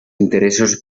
interessos